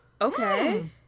okay